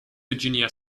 virginia